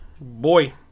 Boy